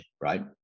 right